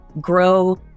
grow